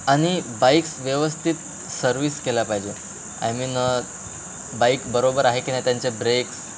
आणि बाईक्स व्यवस्थित सर्विस केला पाहिजे आय मीन बाईक बरोबर आहे की नाही त्यांचे ब्रेक्स